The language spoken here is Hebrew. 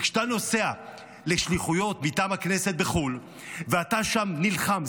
וכשאתה נוסע לשליחויות מטעם הכנסת בחו"ל ואתה שם נלחם,